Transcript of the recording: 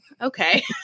Okay